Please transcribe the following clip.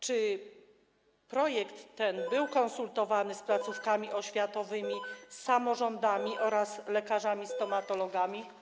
Czy projekt ten był konsultowany z placówkami oświatowymi, samorządami oraz lekarzami stomatologami?